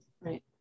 Right